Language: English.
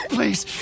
Please